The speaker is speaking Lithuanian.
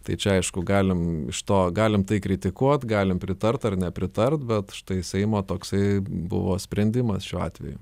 tai čia aišku galim iš to galim tai kritikuot galim pritart ar nepritart bet štai seimo toksai buvo sprendimas šiuo atveju